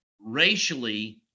racially